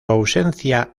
ausencia